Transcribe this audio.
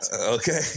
Okay